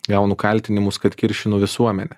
gaunu kaltinimus kad kiršinu visuomenę